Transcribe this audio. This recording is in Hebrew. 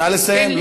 נא לסיים.